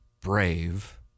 brave